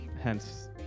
hence